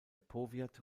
powiat